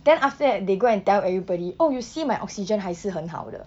then after that they go and tell everybody oh you see my oxygen 还是很好的